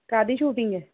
ਕਾਹਦੀ ਸ਼ੂਟਿੰਗ ਹੈ